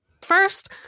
first